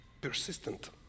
Persistent